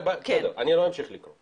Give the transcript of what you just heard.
בסדר, אני לא אמשיך לקרוא.